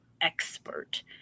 expert